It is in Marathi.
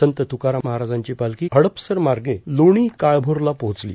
संत तुकाराम महाराजांनी पालखी हडपसरमार्गे लोणी काळभोरला पोहोचली